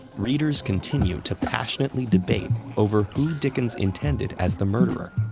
readers continue to passionately debate over who dickens intended as the murderer,